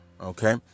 Okay